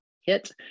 hit